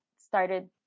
started